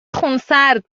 خونسرد